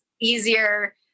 easier